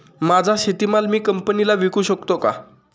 माझा शेतीमाल मी कंपनीला विकू शकतो का?